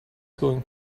going